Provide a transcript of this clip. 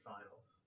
Finals